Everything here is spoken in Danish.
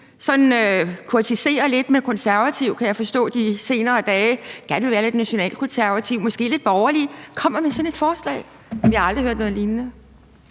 kurtiserer Konservative lidt, kan jeg forstå på de senere dage, og gerne vil være lidt nationalkonservativ, måske lidt borgerlig, kommer med sådan et forslag. Jeg har aldrig hørt noget lignende.